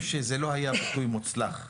ביטוי מוצלח מבחינתכם.